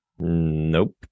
Nope